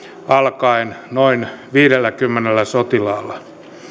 alkaen noin viidelläkymmenellä sotilaalla